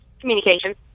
Communication